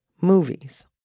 Movies